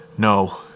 No